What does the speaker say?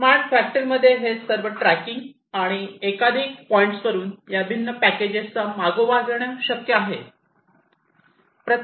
smart फॅक्टरीमध्ये हे सर्व ट्रॅकिंग आणि एकाधिक पॉइंट्सवरून या भिन्न पॅकेजेसचा मागोवा घेणे शक्य होईल